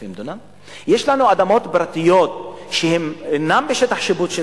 יש לנו אדמות פרטיות שהן אינן בשטח השיפוט של